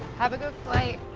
have a good flight.